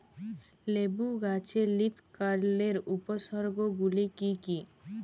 লেবু গাছে লীফকার্লের উপসর্গ গুলি কি কী?